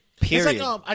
Period